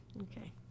Okay